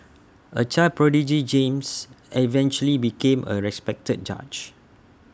A child prodigy James eventually became A respected judge